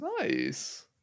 nice